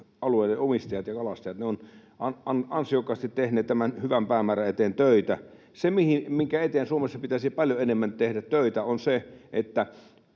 vesialueiden omistajat ja kalastajat. He ovat ansiokkaasti tehneet tämän hyvän päämäärän eteen töitä. Se, minkä eteen Suomessa pitäisi paljon enemmän tehdä töitä, on se, että